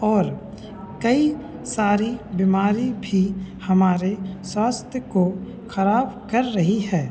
और कई सारी बिमारी भी हमारे स्वास्थ्य को खराब कर रही है